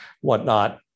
whatnot